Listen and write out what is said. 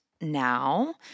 now